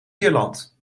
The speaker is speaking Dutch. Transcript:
ierland